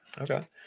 Okay